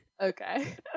Okay